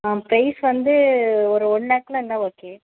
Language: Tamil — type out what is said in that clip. ஆ பிரைஸ் வந்து ஒரு ஒன் லேக்கில் இருந்தால் ஓகே